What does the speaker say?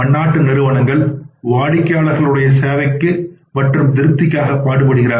பன்னாட்டு நிறுவனங்கள் வாடிக்கையாளர்கள் உடைய சேவைக்கு மற்றும் திருப்திக்காக பாடுபடுகிறார்கள்